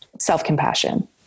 self-compassion